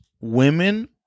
women